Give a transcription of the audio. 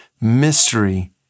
mystery